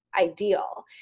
ideal